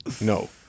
No